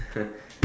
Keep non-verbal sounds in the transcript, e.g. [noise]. [laughs]